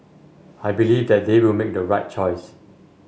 I believe that they will make the right choice